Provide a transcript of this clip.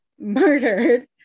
murdered